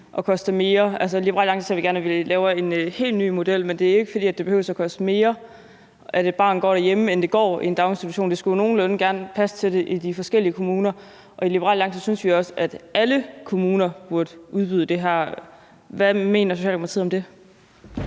vi gerne, at vi laver en helt ny model, men det er jo ikke, fordi det behøver at koste mere, at et barn går derhjemme, end at det går i en daginstitution. Det skulle gerne nogenlunde passe til det i de forskellige kommuner. I Liberal Alliance synes vi også, at alle kommuner burde udvide det her. Hvad mener Socialdemokratiet om det?